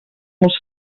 els